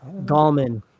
Gallman